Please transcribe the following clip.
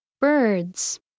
Birds